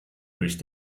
durch